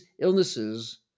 illnesses